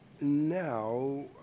Now